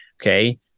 Okay